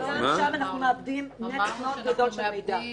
אנחנו מאבדים נתח מאוד גדול של מידע.